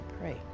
pray